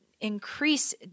increase